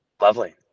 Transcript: Lovely